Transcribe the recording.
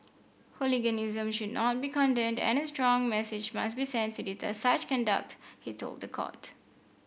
hooliganism should not be condoned and a strong message must be sent to deter such conduct he told the court